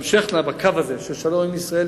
תמשכנה בקו הזה של שלום עם ישראל,